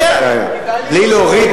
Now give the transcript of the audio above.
זה תלוי בקואליציה.